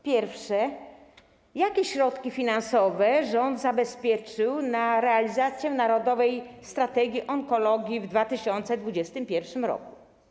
Pierwsze: Jakie środki finansowe rząd zabezpieczył na realizację narodowej strategii onkologii w 2021 r.